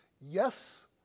yes